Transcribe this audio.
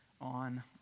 on